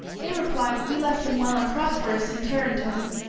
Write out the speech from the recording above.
they replied, we left him well and prosperous in tarentum.